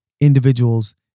individuals